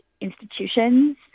institutions